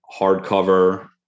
hardcover